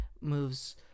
moves